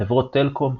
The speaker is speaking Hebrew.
חברות טלקום,